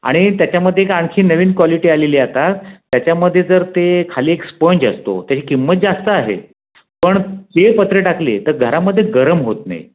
आणि त्याच्यामध्ये एक आणखीन नवीन कॉलिटी आलेली आहे आता त्याच्यामध्ये जर ते खाली एक स्पंज असतो त्याची किंमत जास्त आहे पण ते पत्रे टाकले तर घरामध्ये गरम होत नाही